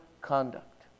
conduct